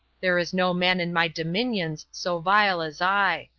there is no man in my dominions so vile as i.